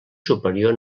superior